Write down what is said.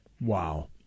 Wow